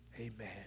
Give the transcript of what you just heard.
Amen